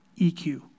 EQ